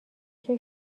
شکر